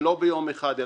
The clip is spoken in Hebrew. ולא ביום אחד,